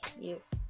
Yes